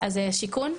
אז שיכון.